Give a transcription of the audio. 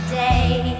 day